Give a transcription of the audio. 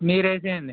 మీరు వేసేయండి